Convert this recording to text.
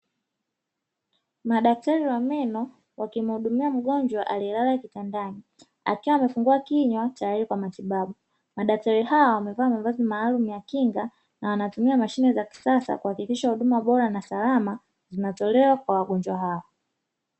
Madaktari wa meno wakimhudumia mgonjwa aliyelala kitandani akiwa amefungua kinywa tayari kwa matibabu. Madaktari hawa wamevaa mavazi maalumu ya kinga na wanatumia njia za kisasa kuhakikisha huduma bora na salama zinazotolewa kwa wagonjwa hao.